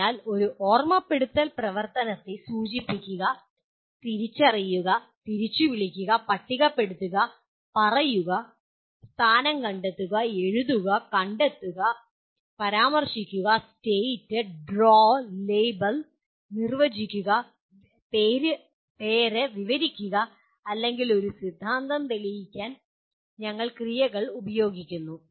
അതിനാൽ ഒരു ഓർമ്മപ്പെടുത്തൽ പ്രവർത്തനത്തെ സൂചിപ്പിക്കുക തിരിച്ചറിയുക തിരിച്ചുവിളിക്കുക പട്ടികപ്പെടുത്തുക പറയുക സ്ഥാനം കണ്ടെത്തുക എഴുതുക കണ്ടെത്തുക പരാമർശിക്കുക പ്രസ്താവിക്കുക വരക്കുക അടയാളപ്പെടുത്തുക നിർവചിക്കുക പേര് വിവരിക്കുക അല്ലെങ്കിൽ ഒരു സിദ്ധാന്തം തെളിയിക്കുക തുടങ്ങിയ ക്രിയകൾ ഞങ്ങൾ ഉപയോഗിക്കുന്നു